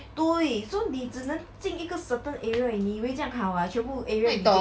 对 so 你只能进一个 certain area 而已你以为将好 ah 全部 area 可以进